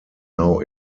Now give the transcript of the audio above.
now